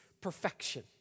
perfection